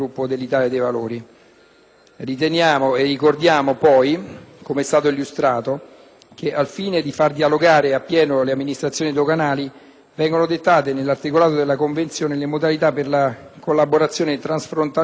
che al fine di far dialogare a pieno le amministrazioni doganali vengono dettate nell'articolato della Convenzione le modalità per la collaborazione transfrontaliera e per lo svolgimento sul territorio di un altro Stato firmatario delle necessarie